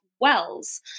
wells